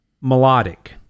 melodic